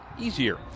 easier